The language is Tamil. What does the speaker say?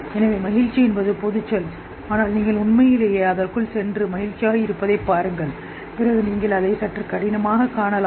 எனவே பொதுச் சொல் மகிழ்ச்சியாக இருக்கிறது ஆனால் நீங்கள் உண்மையிலேயே அதற்குள் சென்று மகிழ்ச்சியாக இருப்பதைப் பாருங்கள் பிறகு நீங்கள் அதை சற்று கடினமாகக் காணலாம்